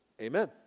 Amen